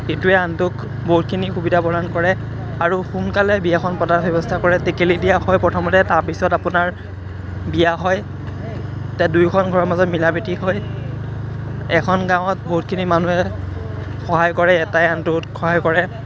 ইটোৱে আনটোক বহুতখিনি সুবিধা প্ৰদান কৰে আৰু সোনকালে বিয়াখন পতাৰ ব্যৱস্থা কৰে টেকেলি দিয়া হয় প্ৰথমতে তাৰপিছত আপোনাৰ বিয়া হয় তে দুয়োখন ঘৰৰ মাজত মিলাপ্ৰীতি হয় এখন গাঁৱত বহুতখিনি মানুহে সহায় কৰে এটাই আনটোত সহায় কৰে